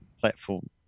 platform